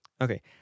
Okay